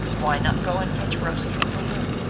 why not go and fetch rosa from her room,